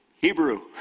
Hebrew